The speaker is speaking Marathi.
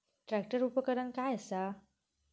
ट्रॅक्टर उपकरण काय असा?